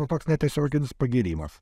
o toks netiesioginis pagyrimas